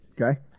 Okay